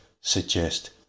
suggest